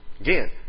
Again